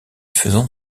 faisant